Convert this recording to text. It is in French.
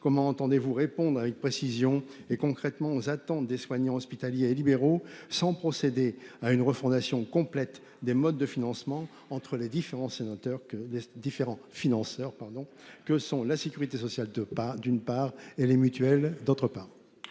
comment entendez-vous répondre avec précision et concrètement aux attentes des soignants hospitaliers et libéraux sans procéder à une refondation complète des modes de financement entre les différents sénateurs que les différents financeurs pardon que sont la sécurité sociale de pas, d'une part et les mutuelles. D'autre part.